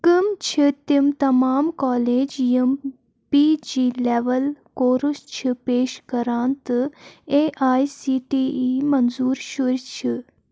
کٕمۍ چھِ تِم تمام کالیج یِم پی جی لیول کورس چھِ پیش کران تہٕ A I C T E منظور شُرۍ چھِ